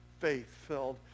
faith-filled